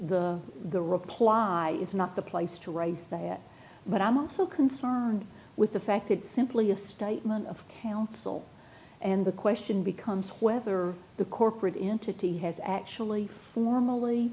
me the reply is not the place to write that but i'm also concerned with the fact that simply a statement of thought and the question becomes whether the corporate entity has actually formally